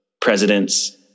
presidents